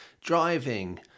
driving